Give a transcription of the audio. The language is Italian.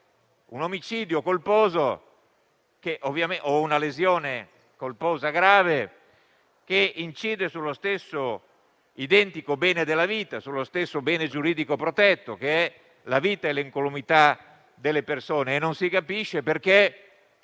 un omicidio colposo o una lesione colposa grave che incide sullo stesso identico bene giuridico protetto, che è la vita e l'incolumità delle persone. Non si capisce perché,